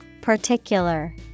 Particular